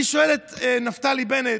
אני שואל את נפתלי בנט,